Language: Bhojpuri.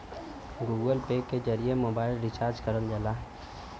गूगल पे के जरिए मोबाइल रिचार्ज करल जाला